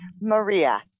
Maria